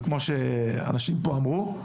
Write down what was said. וכמו שאנשים פה אמרו,